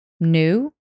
new